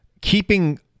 keeping